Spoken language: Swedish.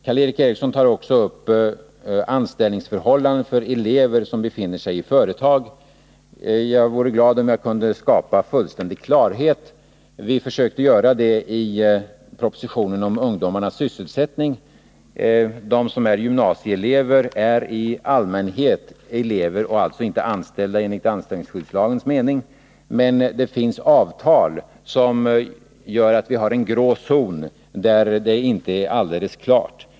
Karl Erik Eriksson tar också upp frågan om anställningsförhållandena för de elever som befinner sig i företagen. Jag vore glad om jag kunde skapa fullständig klarhet. Vi försökte göra det i propositionen om ungdomarnas sysselsättning. De som är gymnasieelever är i allmänhet elever och alltså inte anställda enligt anställningsskyddslagens mening. Men det finns avtal som gör att vi har en grå zon, där det inte är alldeles klart.